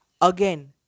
Again